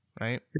right